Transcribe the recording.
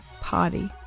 party